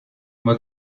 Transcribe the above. moi